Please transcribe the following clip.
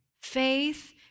Faith